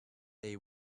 they